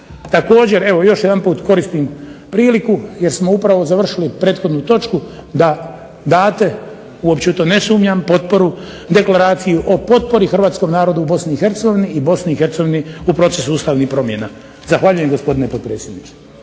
Također još jedanput koristim priliku jer smo upravo završili prethodnu točku da date, uopće u to ne sumnjam, potporu Deklaraciji o potpori Hrvatskom narodu u Bosni i Hercegovini, i Bosni i Hercegovini u procesu Ustavnih promjena. Zahvaljujem gospodine potpredsjedniče.